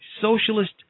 socialist